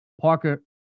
Parker